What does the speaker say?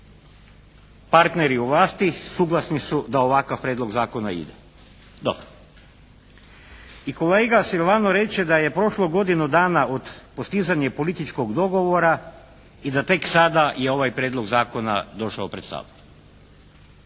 partneri u vlasti suglasni su da ovakav prijedlog zakona ide. Dobro. I kolega Silvano reče da je prošlo godinu dana od postizanja političkog dogovora i da tek sada je ovaj prijedlog zakona došao pred Sabor.